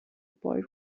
boy